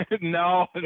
no